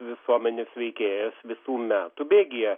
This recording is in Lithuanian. visuomenės veikėjas visų metų bėgyje